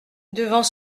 devant